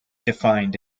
defined